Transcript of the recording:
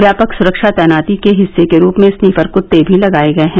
व्यापक सुरक्षा तैनाती के हिस्से के रूप में स्नीफर कत्ते भी लगाये गये हैं